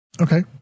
Okay